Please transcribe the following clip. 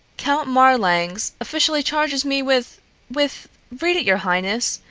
count marlanx officially charges me with with read it, your highness,